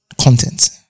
content